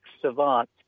savant